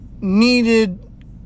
needed